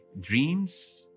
dreams